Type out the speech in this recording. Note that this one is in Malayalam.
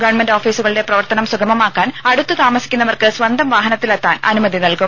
ഗവൺമെന്റ് ഓഫീസുകളുടെ പ്രവർത്തനം സുഗമമാക്കാൻ അടുത്ത് താമസിക്കുന്നവർക്ക് സ്വന്തം വാഹനത്തിലെത്താൻ അനുമതി നൽകും